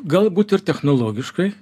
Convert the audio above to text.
galbūt ir technologiškai